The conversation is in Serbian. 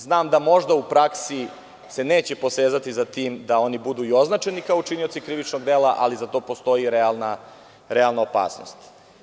Znam da se možda u praksi neće posezati za tim da oni budu i označeni kao učinioci krivičnog dela, ali za to postoji realna opasnost.